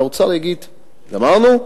והאוצר יגיד: גמרנו,